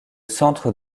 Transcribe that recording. centre